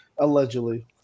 Allegedly